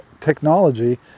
technology